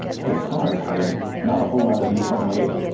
historically not a whole lot of these were made,